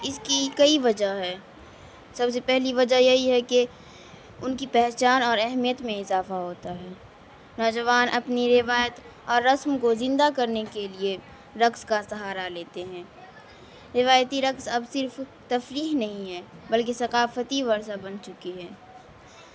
اس کی کئی وجہ ہے سب سے پہلی وجہ یہی ہے کہ ان کی پہچان اور اہمیت میں اضافہ ہوتا ہے نوجوان اپنی روایت اور رسم کو زندہ کرنے کے لیے رقص کا سہارا لیتے ہیں روایتی رقص اب صرف تفریح نہیں ہے بلکہ ثقافتی ورثہ بن چکی ہے